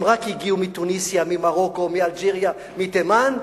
הם רק הגיעו מתוניסיה, ממרוקו, מאלג'יריה, מתימן,